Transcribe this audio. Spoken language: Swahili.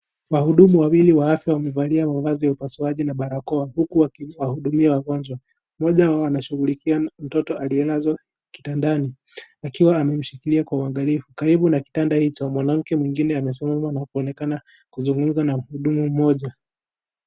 Wahudumu wawili wa afya wamevalia mavazi ya upasuaji na barakoa huku wakiwahudumia wagonjwa, mmoja wao anashughulikia mtoto aliyelazwa kitandani akiwa amemshikilia kwa uangalifu. Karibu na kitanda hicho mwanamke mwingine amesimama na kuonekana kuzungumza na muhudumu mmoja.